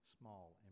small